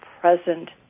present